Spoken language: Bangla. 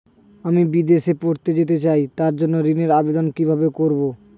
আমি বিদেশে পড়তে যেতে চাই তার জন্য ঋণের আবেদন কিভাবে করব?